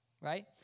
right